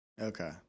Okay